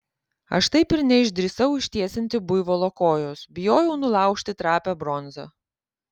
aš taip ir neišdrįsau ištiesinti buivolo kojos bijojau nulaužti trapią bronzą